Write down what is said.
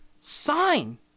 sign